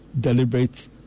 deliberate